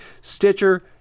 Stitcher